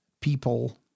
people